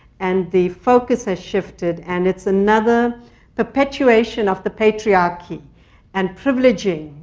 and the focus has shifted. and it's another perpetuation of the patriarchy and privileging